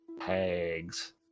Hags